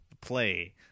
play